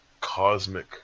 cosmic